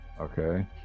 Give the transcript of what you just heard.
okay